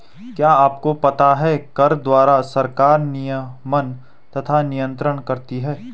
क्या आपको पता है कर द्वारा सरकार नियमन तथा नियन्त्रण करती है?